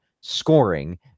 scoring